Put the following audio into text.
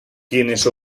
quienes